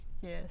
yes